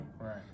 Right